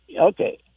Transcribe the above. okay